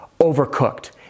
overcooked